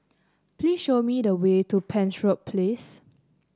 please show me the way to Penshurst Place